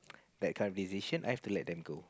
that kind of decision I have to let them go